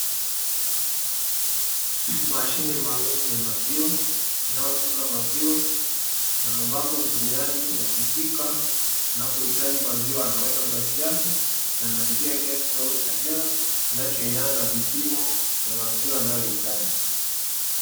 Mashine maalumu ya maziwa inayotunza maziwa na ambapo, mtumiaji akifika anapohitaji maziwa anaweka glasi yake na analipia kiasi kidogo cha hela kinachoendana na vipimo vya maziwa anayoyahitaji.